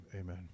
Amen